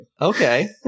Okay